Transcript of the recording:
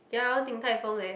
ya I want Din-Tai-Fung leh